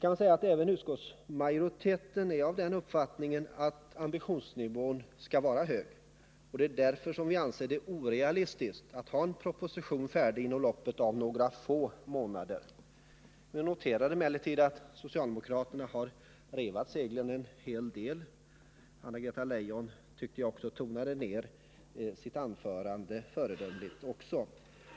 Även utskottsmajoriteten är av den uppfattningen att ambitionsnivån skall vara hög. Det är därför vi anser det orealistiskt att ha en proposition färdig inom loppet av några få månader. Vi noterar emellertid att socialdemokraterna har revat seglen en hel del. Jag tyckte att Anna-Greta Leijon också tonade ner sitt anförande föredömligt.